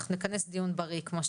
אנחנו נכנס דיון בריא, כמו שצריך,